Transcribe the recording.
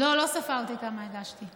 לא, לא ספרתי כמה הגשתי.